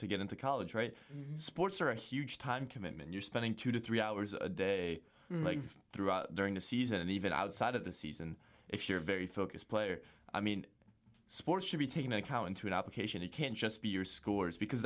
to get into college right sports are a huge time commitment you're spending two to three hours a day through during the season and even outside of the season if you're a very focused player i mean sports should be taking a cow into an application it can't just be your scores because